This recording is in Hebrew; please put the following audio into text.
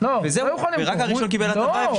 כי רק הראשון קיבל הטבה.